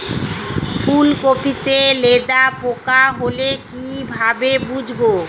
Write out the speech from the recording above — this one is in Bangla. ফুলকপিতে লেদা পোকা হলে কি ভাবে বুঝবো?